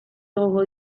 egongo